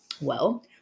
Well